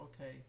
Okay